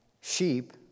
sheep